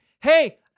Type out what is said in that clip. hey